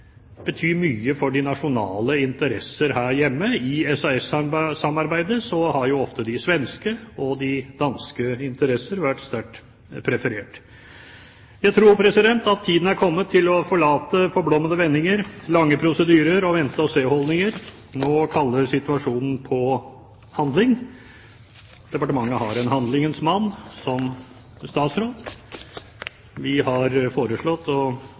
mye for de nasjonale interesser her hjemme. I SAS-samarbeidet har ofte de svenske og de danske interesser vært sterkt preferert. Jeg tror at tiden er kommet for å forlate de forblommede vendinger, lange prosedyrer og vente og se-holdninger. Nå kaller situasjonen på handling. Departementet har en handlingens mann som statsråd. Vi har foreslått